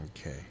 okay